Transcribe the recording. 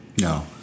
No